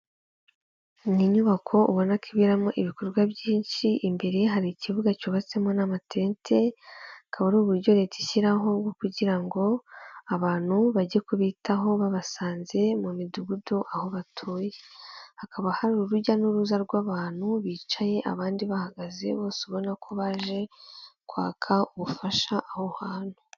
Ni inyubako ubona ko iberamo ibikorwa byinshi, imbere hari ikibuga cyubatsemo n'amatente, akaba ari uburyo leta ishyiraho kugira ngo abantu bajye kubitaho babasanze mu midugudu aho batuye, hakaba hari urujya n'uruza rw'abantu bicaye abandi bahagaze bose ubona ko baje kwaka ubufasha aho hantu.